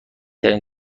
ترین